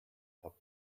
top